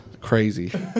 Crazy